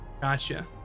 Gotcha